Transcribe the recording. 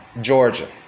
Georgia